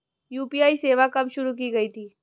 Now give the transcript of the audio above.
UPI सेवा कब शुरू की गई थी?